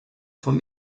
vom